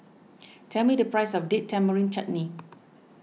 tell me the price of Date Tamarind Chutney